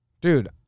Dude